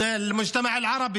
חבר הכנסת נאור שירי.